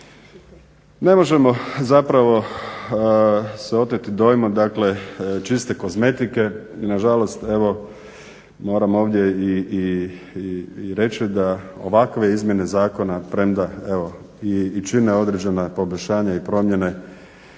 Ne možemo zapravo se oteti dojmu dakle čiste kozmetike i nažalost evo moram ovdje i reći da ovakve izmjene zakona premda evo i čine određena poboljšanja i promjene